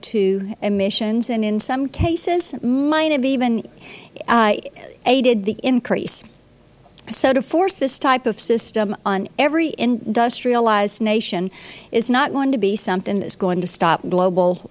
emissions and in some cases might have even aided the increase so to force this type of system on every industrialized nation is not going to be something that is going to stop global